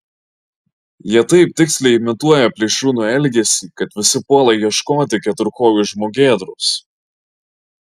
jie taip tiksliai imituoja plėšrūno elgesį kad visi puola ieškoti keturkojo žmogėdros